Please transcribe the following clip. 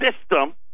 system